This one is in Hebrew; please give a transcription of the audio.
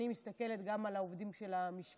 אני מסתכלת גם על העובדים של המשכן.